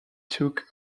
took